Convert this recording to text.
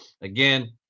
Again